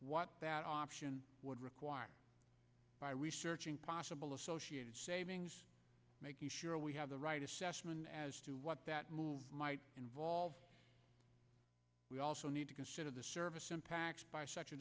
what that option would require by researching possible associated savings making sure we have the right assessment as to what that move might involve we also need to consider the service impacts by such a